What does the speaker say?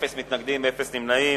אפס מתנגדים, אפס נמנעים.